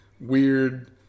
weird